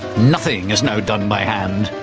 nothing is now done by hand.